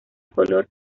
color